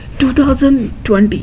2020